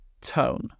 tone